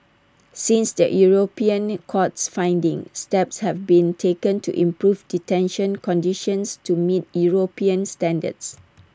since the european court's findings steps have been taken to improve detention conditions to meet european standards